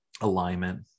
alignment